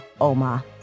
Oma